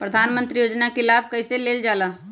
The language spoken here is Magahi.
प्रधानमंत्री योजना कि लाभ कइसे लेलजाला?